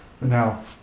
Now